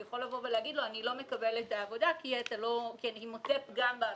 הוא יכול לבוא ולהגיד: אני לא מקבל את העבודה כי אני מוצא בה פגם.